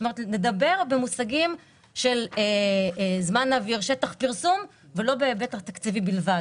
כלומר לדבר במושגים של זמן אוויר ושטח פרסום ולא בהיבט התקציבי בלבד.